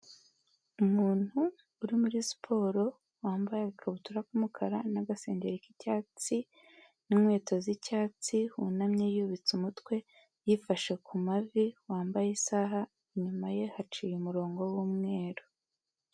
Umuntu uri muri siporo wambaye aga kabutura k'umukara n'agasengeri k'icyatsi n'inkweto z'icyatsi wunamye yubitse umutwe yifashe ku mavi wambaye isaha inyuma ye haciye umurongo w'umweru.